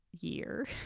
year